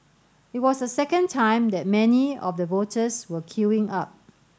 it was the second time that many of the voters were queuing up